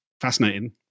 fascinating